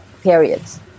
periods